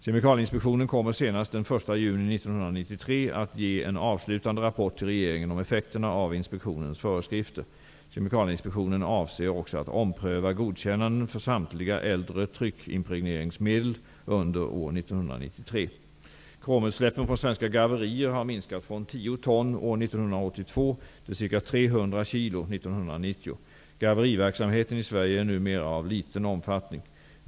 Kemikalieinspektionen kommer senast den 1 juni 1993 att ge en avslutande rapport till regeringen om effekterna av inspektionens föreskrifter . Kemikalieinspektionen avser också att ompröva godkännanden för samtliga äldre tryckimpregneringsmedel under år 1993. Kromutsläppen från svenska garverier har minskat från 10 ton år 1982 till ca 300 kg år 1990. Garveriverksamheten i Sverige är numera av liten omfattning.